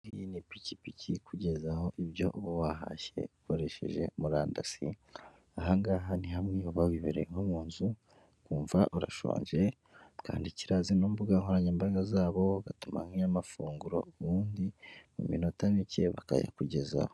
Ipikipiki kugeza aho ibyo uba wahashye ukoresheje murandasi ahangaha ni hamwe uba wibereye nko mu nzu ukumva urashonje ukandikiraz mbuga nkoranyambaga zabo ugatuma nkya amafunguro ubundi mu minota mike bakayakugezaho.